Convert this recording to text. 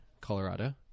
Colorado